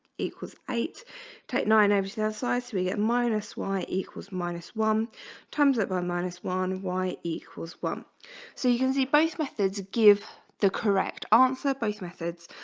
equals eight take nine over slightly at minus y equals minus one times at one minus one y equals one so you can see both methods give the correct answer both methods